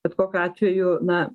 bet kokiu atveju na